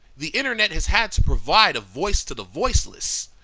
the internet has had to provide a voice to the voiceless,